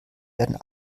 werden